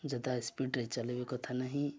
ଜାଦା ସ୍ପିଡ଼ରେ ଚଲେଇବା କଥା ନାହିଁ